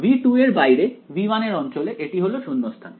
V2 এর বাইরে V1 এর অঞ্চলে এটি হলো শূন্যস্থান